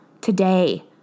today